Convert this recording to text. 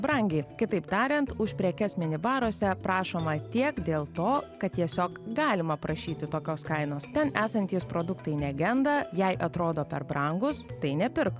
brangiai kitaip tariant už prekes mini baruose prašoma tiek dėl to kad tiesiog galima prašyti tokios kainos ten esantys produktai negenda jei atrodo per brangūs tai nepirk